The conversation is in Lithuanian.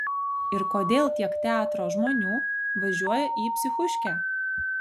ir kodėl tiek teatro žmonių važiuoja į psichuškę